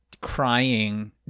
crying